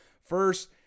First